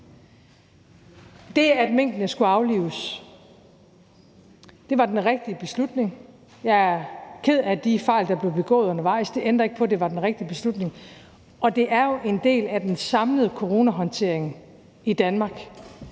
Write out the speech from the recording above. Det, at minkene skulle aflives, var den rigtige beslutning. Jeg er ked af de fejl, der blev begået undervejs. Det ændrer ikke på, at det var den rigtige beslutning. Og det er jo en del af den samlede coronahåndtering i Danmark,